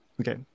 Okay